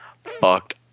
fucked